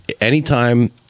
Anytime